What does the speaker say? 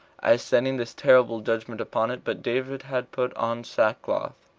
as sending this terrible judgment upon it. but david had put on sackcloth,